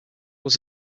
was